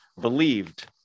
believed